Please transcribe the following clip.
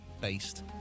based